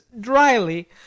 dryly